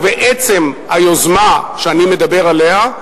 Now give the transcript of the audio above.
ובעצם היוזמה שאני מדבר עליה,